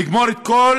לגמור את כל